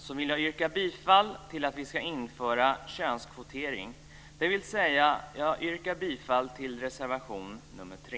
Jag vill yrka bifall till att vi ska införa könskvotering, dvs. jag yrkar bifall till reservation nr 3.